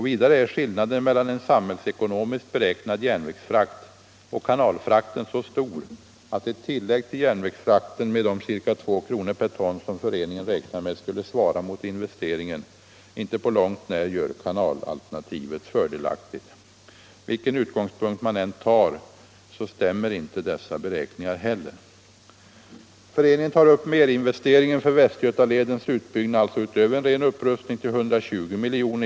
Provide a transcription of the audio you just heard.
Vidare är skillnaden mellan den samhällsekonomiskt beräknade järnvägsfrakten och kanalfrakten så stor att ett tillägg till järnvägsfrakten med de ca 2 kr. per ton, som föreningen räknar med skulle svara mot investeringen, inte på långt när gör kanalalternativet fördelaktigt. Vilken utgångspunkt man än tar stämmer inte dessa beräkningar heller. Föreningen tar upp merinvesteringen för Västgötaledens utbyggnad, utöver en ren upprustning, till 120 milj.kr.